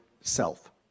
self